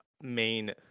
main